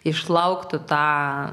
išlauktų tą